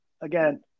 Again